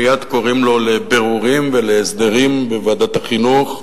מייד קוראים לו לבירורים ולהסדרים בוועדת החינוך,